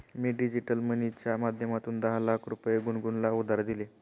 मी digital मनीच्या माध्यमातून दहा लाख रुपये गुनगुनला उधार दिले